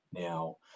now